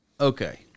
okay